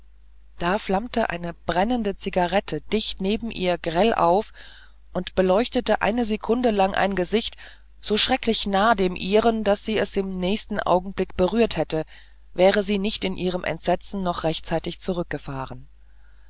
da flammte eine brennende zigarette dicht neben ihr grell auf und beleuchtete eine sekunde lang ein gesicht so schrecklich nahe dem ihren daß sie es im nächsten augenblick berührt hätte wäre sie nicht in ihrem entsetzen noch rechtzeitig zurückgefahren